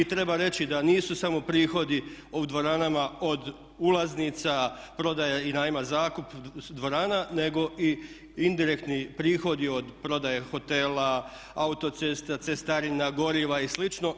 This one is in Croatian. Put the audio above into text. I treba reći da nisu samo prihodi u dvoranama od ulaznica, prodaja i najma zakupa nego i indirektni prihodi od prodaje hotela, autocesta, cestarina, goriva i slično.